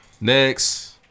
Next